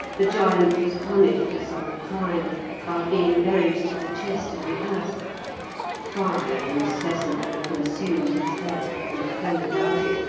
the giant was punished for some crime by being buried to the chest in the earth fire incessantly consumed his head and played about it,